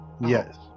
Yes